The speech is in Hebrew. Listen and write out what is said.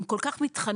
הם כל כך מתחננים,